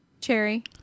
Cherry